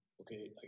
Okay